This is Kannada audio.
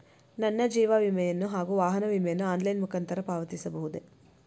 ನನ್ನ ಜೀವ ವಿಮೆಯನ್ನು ಹಾಗೂ ವಾಹನ ವಿಮೆಯನ್ನು ಆನ್ಲೈನ್ ಮುಖಾಂತರ ಪಾವತಿಸಬಹುದೇ?